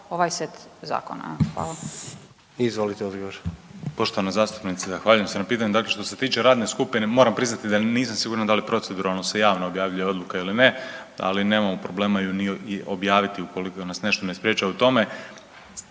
odgovor. **Aladrović, Josip (HDZ)** Poštovana zastupnice zahvaljujem se na pitanju. Dakle, što se tiče radne skupine moram priznati da nisam siguran da li proceduralno se javno objavljuje odluka ili ne. Ali nemamo problema ju ni objaviti ukoliko nas nešto ne sprječava u tome.